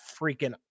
freaking